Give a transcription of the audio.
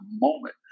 moment